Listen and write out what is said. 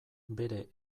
bere